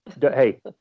hey